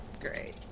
Great